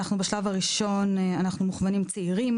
בשלב הראשון אנחנו מוכוונים צעירים,